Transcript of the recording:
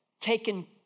taken